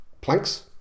planks